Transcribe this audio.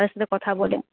তাদের সাথে কথা বলে